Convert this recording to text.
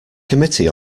committee